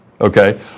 okay